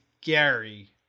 Gary